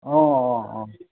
অঁ অঁ অঁ